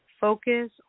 Focus